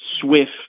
swift